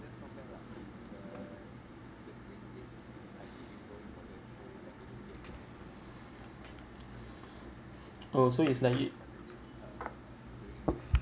oh so it's like it